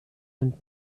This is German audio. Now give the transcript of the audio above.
und